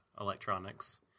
electronics